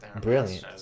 Brilliant